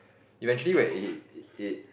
eventually when it it it